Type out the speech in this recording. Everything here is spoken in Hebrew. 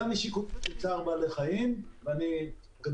גם משיקולים של צער בעלי חיים ואני גדלתי